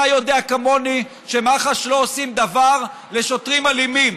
אתה יודע כמוני שמח"ש לא עושים דבר לשוטרים אלימים.